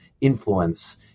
influence